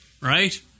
right